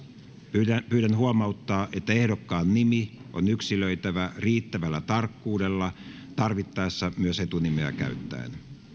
pyydän pyydän huomauttaa että ehdokkaan nimi on yksilöitävä riittävällä tarkkuudella tarvittaessa myös etunimeä käyttäen